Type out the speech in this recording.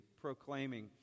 proclaiming